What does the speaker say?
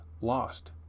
lost